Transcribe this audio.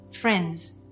friends